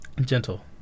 Gentle